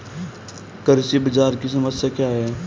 कृषि बाजार की समस्या क्या है?